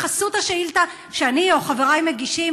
בחסות השאילתה שאני או חברי מגישים,